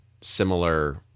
similar